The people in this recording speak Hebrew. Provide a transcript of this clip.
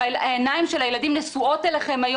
העיניים של הילדים נשואות היום אליכם,